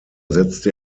setzte